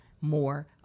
more